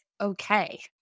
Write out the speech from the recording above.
okay